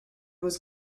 was